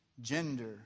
gender